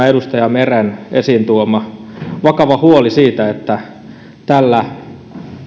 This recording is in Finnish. edustaja meren esiin tuoma vakava huoli siitä että tällä